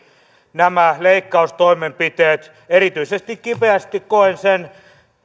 nämä leikkaustoimenpiteet erityisesti koen kipeästi sen